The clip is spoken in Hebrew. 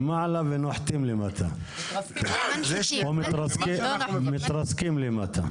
ונוחתים למטה או מתרסקים למטה.